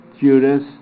Judas